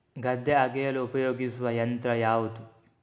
ಗದ್ದೆ ಅಗೆಯಲು ಉಪಯೋಗಿಸುವ ಯಂತ್ರ ಯಾವುದು?